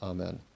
Amen